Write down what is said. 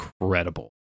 incredible